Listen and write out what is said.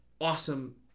awesome